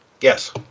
Yes